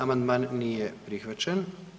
Amandman nije prihvaćen.